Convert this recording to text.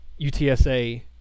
UTSA